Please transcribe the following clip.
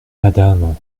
madame